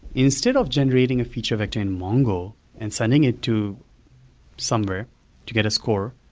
instead of generating a feature vector in mongo and sending it to somewhere to get a score,